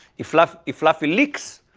if fluffy if fluffy licks,